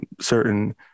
certain